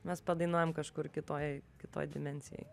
mes padainuojam kažkur kitoj kitoj dimensijoj